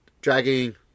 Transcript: dragging